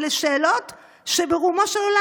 אלה שאלות שברומו של עולם.